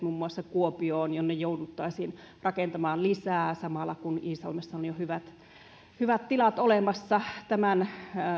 muun muassa kuopioon jonne jouduttaisiin rakentamaan lisää samalla kun iisalmessa on jo hyvät tilat olemassa tämän